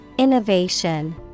Innovation